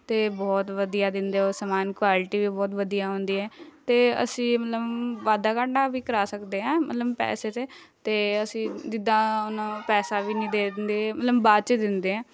ਅਤੇ ਬਹੁਤ ਵਧੀਆ ਦਿੰਦੇ ਉਹ ਸਮਾਨ ਕੁਆਲਿਟੀ ਵੀ ਬਹੁਤ ਵਧੀਆ ਹੁੰਦੀ ਹੈ ਅਤੇ ਅਸੀਂ ਮਤਲਬ ਵਾਧਾ ਘਾਟਾ ਵੀ ਕਰਾ ਸਕਦੇ ਹਾਂ ਮਤਲਬ ਪੈਸੇ ਤੋਂ ਅਤੇ ਅਸੀਂ ਜਿਦਾਂ ਹੁਣ ਪੈਸਾ ਵੀ ਨਹੀਂ ਦਿੰਦੇ ਮਤਲਬ ਬਾਅਦ 'ਚ ਦਿੰਦੇ ਹੈ